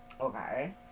Okay